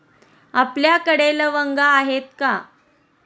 आपल्याकडे लवंगा आहेत का?